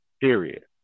period